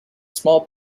small